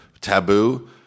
taboo